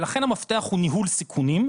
ולכן המפתח הוא בניהול סיכונים,